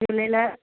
Jhulelal